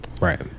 Right